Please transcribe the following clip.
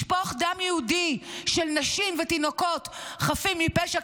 לשפוך דם יהודי של נשים ותינוקות חפים מפשע,